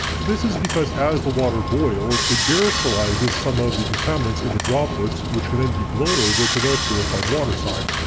this is because as the water boils, it aerosolizes some of the contaminants into droplets which can then be blown over to the purified water side.